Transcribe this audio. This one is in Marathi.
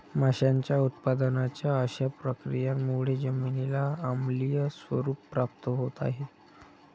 माशांच्या उत्पादनाच्या अशा प्रक्रियांमुळे जमिनीला आम्लीय स्वरूप प्राप्त होत आहे